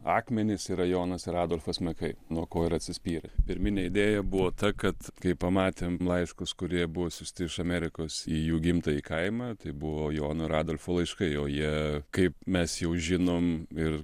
akmenys yra jonas ir adolfas mekai nuo ko ir atsispyrė pirminė idėja buvo ta kad kai pamatėm laiškus kurie buvo išsiųsti iš amerikos į jų gimtąjį kaimą tai buvo jono ir adolfo laiškai o jie kaip mes jau žinom ir